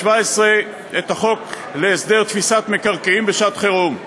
את החוק להסדר תפיסת מקרקעין בשעת-חירום,